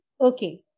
Okay